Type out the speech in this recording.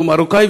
הוא מרוקאי,